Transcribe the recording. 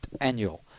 annual